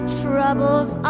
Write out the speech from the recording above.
troubles